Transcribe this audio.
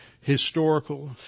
historical